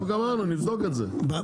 אמרנו נבדוק את זה,